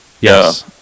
Yes